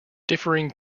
differing